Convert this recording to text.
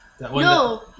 No